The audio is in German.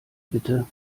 bitte